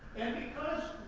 and because